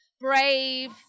brave